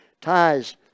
Ties